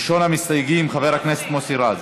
ראשון המסתייגים, חבר הכנסת מוסי רז.